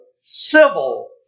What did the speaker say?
civil